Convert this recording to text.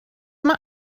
mae